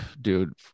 dude